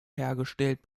hergestellt